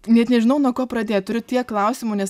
net nežinau nuo ko pradėt turiu tiek klausimų nes